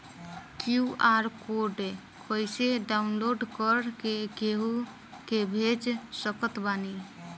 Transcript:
QR code कइसे download कर के केहु के भेज सकत बानी?